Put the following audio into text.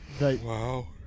Wow